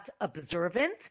observant